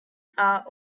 are